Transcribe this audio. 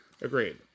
Agreed